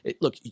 look